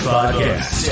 Podcast